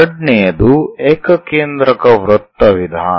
ಎರಡನೆಯದು ಏಕಕೇಂದ್ರಕ ವೃತ್ತ ವಿಧಾನ